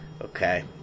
okay